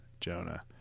Jonah